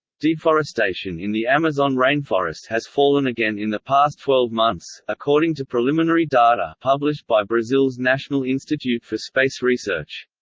deforestation in the amazon rainforest has fallen again in the past twelve months, according to preliminary data published by brazil's national institute for space research.